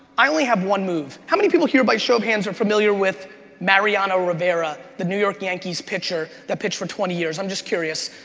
i only have one move. how many people here by show of hands are familiar with mariano rivera, the new york yankees pitcher that pitched for twenty years? i'm just curious,